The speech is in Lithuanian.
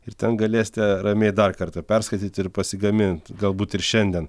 ir ten galėsite ramiai dar kartą perskaityti ir pasigamint galbūt ir šiandien